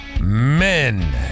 men